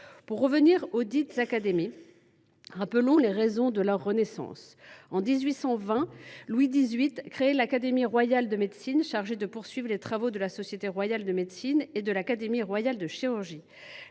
Pour revenir auxdites académies, rappelons les raisons de leur renaissance. En 1820, Louis XVIII créait l’Académie royale de médecine, chargée de poursuivre les travaux de la Société royale de médecine et de l’Académie royale de chirurgie.